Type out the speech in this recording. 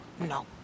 no